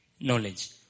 knowledge